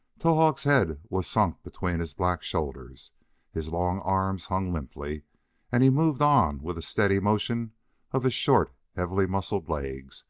towahg's head was sunk between his black shoulders his long arms hung limply and he moved on with a steady motion of his short, heavily muscled legs,